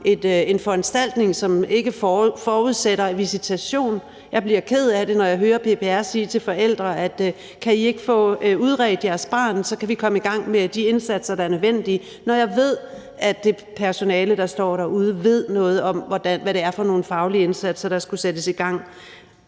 en foranstaltning, som ikke forudsætter visitation. Jeg bliver ked af det, når jeg hører PPR sige til forældre: Kan I ikke få udredt jeres barn, for så kan vi komme i gang med de indsatser, der er nødvendige? Det bliver jeg, når jeg ved, at det personale, der står derude, ved noget om, hvad det er for nogle faglige indsatser, der skal sættes i gang.